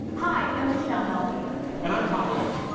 hi i'm michelle melby and i'm tom milbourn